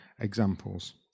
examples